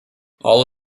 all